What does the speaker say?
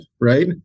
right